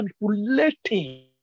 manipulating